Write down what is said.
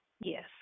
Yes